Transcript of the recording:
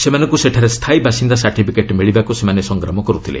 ସେମାନଙ୍କୁ ସେଠାରେ ସ୍ଥାୟୀ ବାସିନ୍ଦା ସାର୍ଟିଫିକେଟ୍ ମିଳିବାକୁ ସେମାନେ ସଂଗ୍ରାମ କରୁଥିଲେ